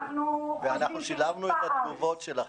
--- ושילבנו את התגובות שלכם.